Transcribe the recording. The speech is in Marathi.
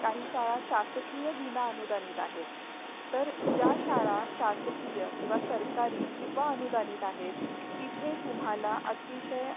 काही शाळा शासकीय विना अनुदानित आहेत तर ज्या शाळा शासकीय किंवा सरकारी किंवा अनुदानित आहेत तिथे तुम्हाला अतिशय